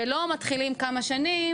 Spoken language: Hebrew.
ולא מתחילים כמה שנים,